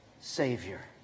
Savior